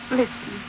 listen